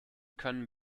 können